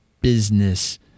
business